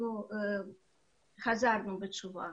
בגרמניה חזרנו בתשובה